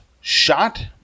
shot